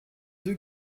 deux